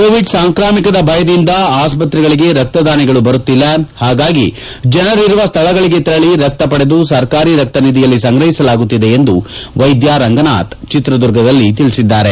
Covid ಸಾಂಕ್ರಾಮಿಕ ಭಯದಿಂದಾಗಿ ಆಸ್ಪತ್ತೆಗಳಿಗೆ ರಕ್ತದಾನಿಗಳು ಬರುತ್ತಿಲ್ಲ ಹಾಗಾಗಿ ಜನರಿರುವ ಸ್ವಳಗಳಿಗೆ ತೆರಳ ರಕ್ತ ಪಡೆದು ಸರ್ಕಾರಿ ರಕ್ತ ನಿಧಿಯಲ್ಲಿ ಸಂಗ್ರಹಿಸಲಾಗುತ್ತಿದೆ ಎಂದು ವೈದ್ಯ ರಂಗನಾಥ್ ಚಿತ್ರದುರ್ಗದಲ್ಲಿ ತಿಳಿಸಿದ್ದಾರೆ